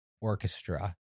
orchestra